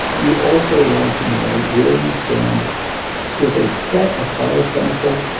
you'd also want to know where you stand with a set of biochemical,